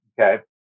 okay